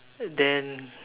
then